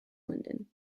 london